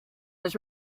was